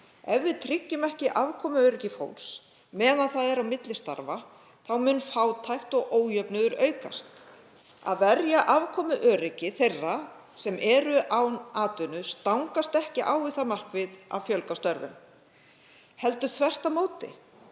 Ef við tryggjum ekki afkomuöryggi fólks meðan það er á milli starfa mun fátækt og ójöfnuður aukast. Að verja afkomuöryggi þeirra sem eru án atvinnu stangast ekki á við það markmið að fjölga störfum heldur þvert á móti.